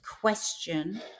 question